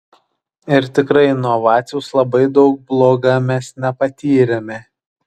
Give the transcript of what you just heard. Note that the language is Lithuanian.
ir tikrai nuo vaciaus labai daug bloga mes nepatyrėme